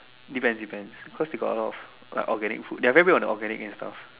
depends depends cause they got a lot of like organic food they are very big on organic and stuffs